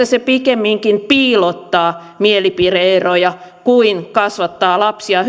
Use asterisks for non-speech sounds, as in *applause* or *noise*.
*unintelligible* se pikemminkin piilottaa mielipide eroja kuin kasvattaa lapsia *unintelligible*